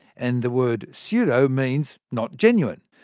and the word pseudo means not genuine.